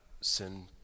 sin